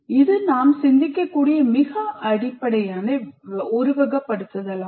இது நாம் சிந்திக்கக்கூடிய மிக அடிப்படையான உருவகப்படுத்துதலாகும்